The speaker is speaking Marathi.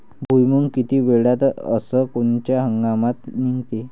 भुईमुंग किती वेळात अस कोनच्या हंगामात निगते?